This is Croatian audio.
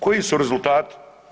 Koji su rezultati?